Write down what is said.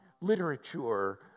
literature